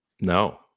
No